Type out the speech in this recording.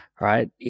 right